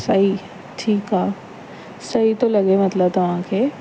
सही ठीकु आहे सही थो लॻे मतिलबु तव्हांखे